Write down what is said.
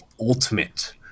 Ultimate